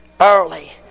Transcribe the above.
early